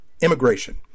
immigration